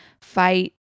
fight